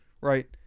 right